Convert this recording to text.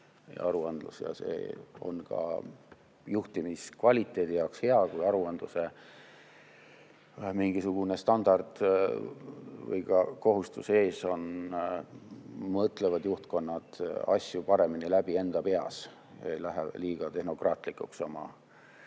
On ka juhtimiskvaliteedi jaoks hea, kui aruandluse mingisugune standard või ka kohustus ees on. Siis mõtlevad juhtkonnad asju paremini läbi enda peas, ei lähe liiga tehnokraatlikuks ja